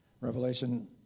Revelation